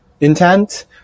intent